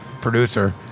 producer